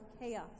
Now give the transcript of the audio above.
chaos